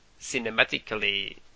cinematically